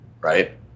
right